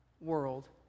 world